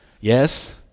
Yes